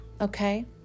okay